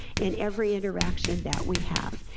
in every interaction that we have,